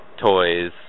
toys